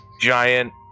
giant